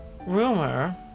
Rumor